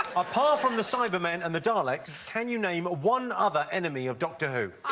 apart from the cybermen and the daleks, can you name one other enemy of doctor who?